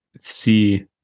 see